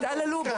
בו.